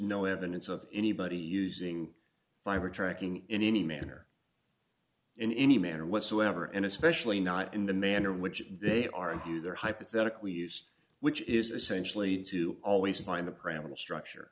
no evidence of anybody using fiber tracking in any manner in any manner whatsoever and especially not in the manner in which they argue they're hypothetically used which is essentially to always find the pram of the structure